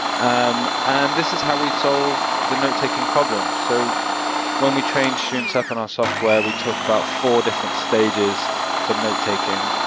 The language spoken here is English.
um and this is how we solve the notetaking problem so when we train students up on our software, we talk about four different stages for notetaking,